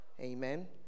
Amen